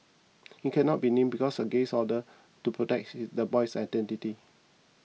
he cannot be named because of a gag order to protect the boy's identity